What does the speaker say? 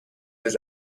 his